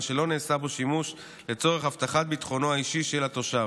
שלא נעשה בו שימוש לצורך הבטחת ביטחונו האישי של התושב.